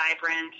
vibrant